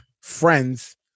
friends